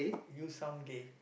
you sound gay